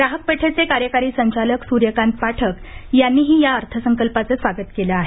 ग्राहक पेठेचे कार्यकारी संचालक सूर्यकांत पाठक यांनीही या अर्थसंकल्पाचे स्वागत केले आहे